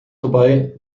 vorbei